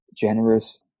generous